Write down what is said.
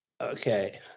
Okay